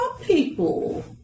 people